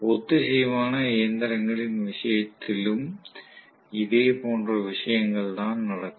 ஒத்திசைவான இயந்திரங்களின் விஷயத்திலும் இதே போன்ற விஷயங்கள் தான் நடக்கும்